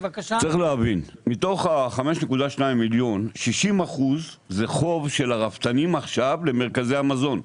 מתוך 5.2 מיליון 60% זה חוב של הרפתנים למרכזי המזון.